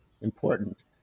important